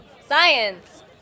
Science